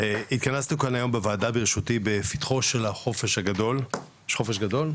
התכנסנו כאן היום בוועדה בראשותי בפתחו של החופש הגדול לדיון